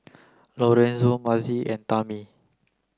Lorenzo Mazie and Tammi